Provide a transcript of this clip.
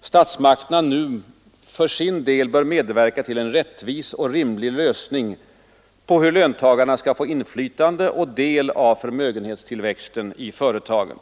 statsmakterna nu ”bör för sin del medverka till en rättvis och rimlig lösning” på hur ”löntagarna skall få inflytande och del av förmögenhetstillväxten i företagen”.